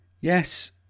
Yes